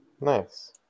nice